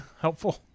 helpful